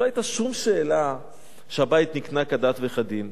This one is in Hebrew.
לא היתה שום שאלה שהבית נקנה כדת וכדין.